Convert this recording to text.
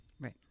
Right